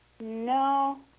No